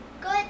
good